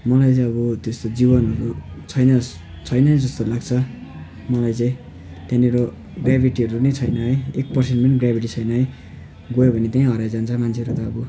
मलाई चाहिँ अब त्यस्तो जीवनहरू छैन जस् छैनै जस्तो लाग्छ मलाई चाहिँ त्यहाँनिर ग्र्याभिटीहरू नै छैन है एक पर्सेन्ट पनि ग्र्याभिटी छैन है गयो भने त्यहाँ हराइजान्छ मान्छेहरू त अब